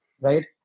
right